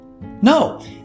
No